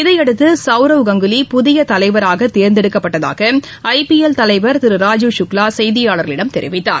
இதனையடுத்து சவரவ் கங்குலி புதிய தலைவராக தேர்ந்தெடுக்கப்பட்டதாக ஐபிஎல் தலைவர் திரு ராஜுவ் சுக்லா செய்தியாளர்களிடம் தெரிவித்தார்